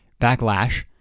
backlash